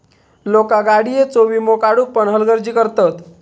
लोका गाडीयेचो वीमो काढुक पण हलगर्जी करतत